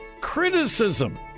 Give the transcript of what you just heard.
criticism